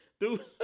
Dude